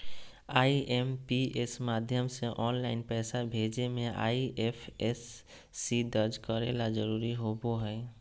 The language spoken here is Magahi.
आई.एम.पी.एस माध्यम से ऑनलाइन पैसा भेजे मे आई.एफ.एस.सी दर्ज करे ला जरूरी होबो हय